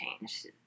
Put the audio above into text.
changed